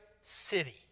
city